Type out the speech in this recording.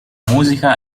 musica